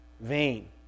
vein